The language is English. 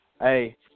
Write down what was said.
hey